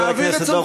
חבר הכנסת דב חנין.